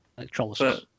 Electrolysis